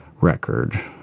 record